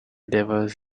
devos